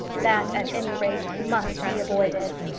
that, at any rate, must be avoided.